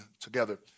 together